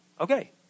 Okay